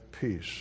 peace